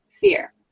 fear